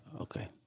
Okay